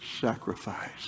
sacrifice